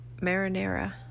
marinara